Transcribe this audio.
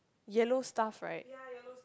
yellow stuff right